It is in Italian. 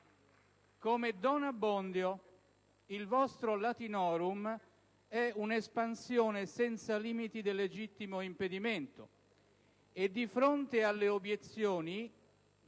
come don Abbondio. Il vostro *latinorum* è un'espansione senza limiti del legittimo impedimento, e di fronte alle obiezioni